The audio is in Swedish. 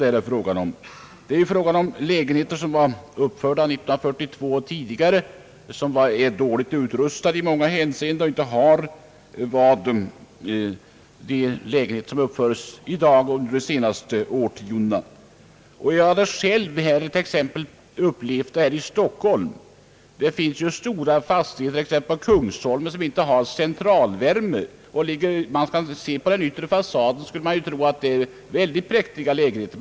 De äldre lägenheterna uppfördes ju redan 1942 eller tidigare. De är dåligt utrus tade i många avseenden och saknar sådan utrustning som finns i de lägenheter som byggs i dag och som har uppförts under de senaste årtiondena. Jag har upplevt detta i Stockholm. På Kungsholmen t.ex. finns stora fastigheter, som saknar centralvärme. Om man enbart ser på den yttre fasaden kan man förledas att tro att det är präktiga lägenheter.